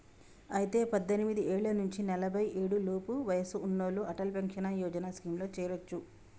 అయితే పద్దెనిమిది ఏళ్ల నుంచి నలఫై ఏడు లోపు వయసు ఉన్నోళ్లు అటల్ పెన్షన్ యోజన స్కీమ్ లో చేరొచ్చు